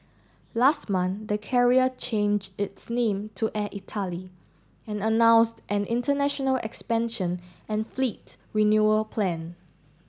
last month the carrier change its name to Air Italy and announced an international expansion and fleet renewal plan